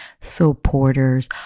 supporters